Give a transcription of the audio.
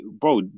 bro